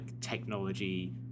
technology